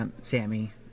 Sammy